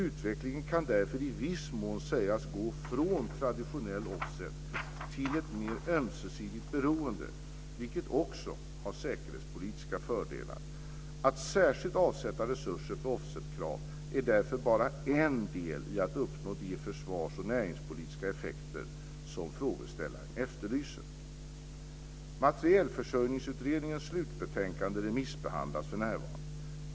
Utvecklingen kan därför i viss mån sägas gå från traditionell offset till ett mer ömsesidigt beroende, vilket också har säkerhetspolitiska fördelar. Att särskilt avsätta resurser för offsetkrav är därför bara en del i att uppnå de försvars och näringspolitiska effekter som frågeställaren efterlyser. Materielförsörjningsutredningens slutbetänkande remissbehandlas för närvarande.